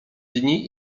dni